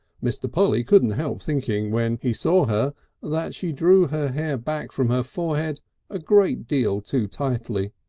mr. polly couldn't help thinking when he saw her that she drew her hair back from her forehead a great deal too tightly,